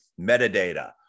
metadata